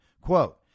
Quote